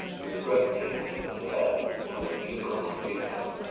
there was a great tinkling of the bells of innumerable streetcars,